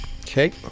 Okay